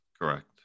Correct